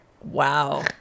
wow